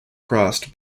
crossed